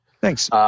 Thanks